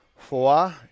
four